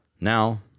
Now